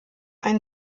ein